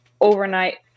overnight